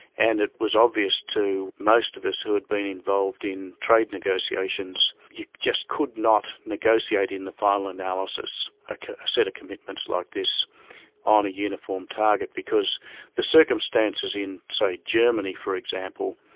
and it was obvious to most of us who had been involved in trade negotiations, you just could not negotiate in in the final analysis a set of commitments like this on a uniform target because the circumstances in, say, germany for example,